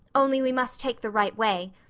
only we must take the right way.